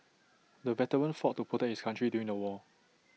the veteran fought to protect his country during the war